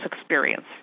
experience